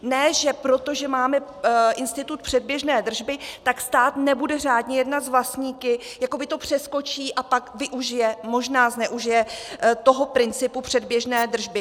Ne že protože máme institut předběžné držby, stát nebude řádně jednat s vlastníky, jakoby to přeskočí, a pak využije, možná zneužije principu předběžné držby.